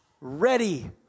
ready